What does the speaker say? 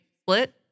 split